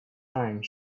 time